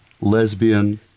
lesbian